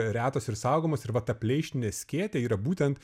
retos ir saugomos ir va ta pleištinė skėtė yra būtent